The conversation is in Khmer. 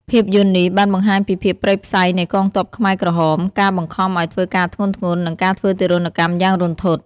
ភាពយន្តនេះបានបង្ហាញពីភាពព្រៃផ្សៃនៃកងទ័ពខ្មែរក្រហម ការបង្ខំឲ្យធ្វើការធ្ងន់ៗ និងការធ្វើទារុណកម្មយ៉ាងរន្ធត់ ។